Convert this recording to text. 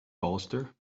bolster